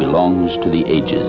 belongs to the ages